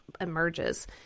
emerges